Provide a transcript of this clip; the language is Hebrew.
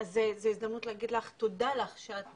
זה הזדמנות להגיד לך תודה שאת